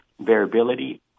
variability